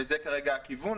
וזה כרגע הכיוון,